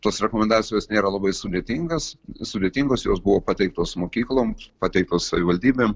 tos rekomendacijos nėra labai sudėtingas sudėtingos jos buvo pateiktos mokykloms pateiktos savivaldybėm